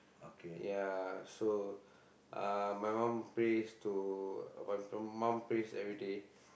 ya so uh my mum prays to~ my mum prays every day